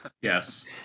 Yes